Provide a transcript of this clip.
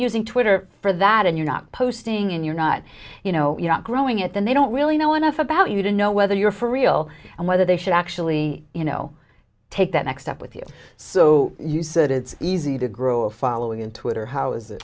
using twitter for that and you're not posting and you're not you know you're not growing it then they don't really know enough about you to know whether you're for real and whether they should actually you know take that next step with you so you said it's easy to grow a following in twitter how is it